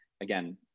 again